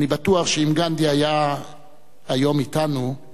אני בטוח שאם גנדי היה היום אתנו הוא